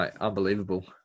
Unbelievable